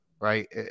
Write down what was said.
right